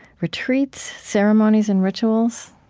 retreats, ceremonies, and rituals.